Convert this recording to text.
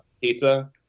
pizza